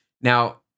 Now